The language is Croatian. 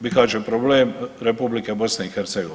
Bihać je problem Republike BiH.